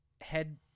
head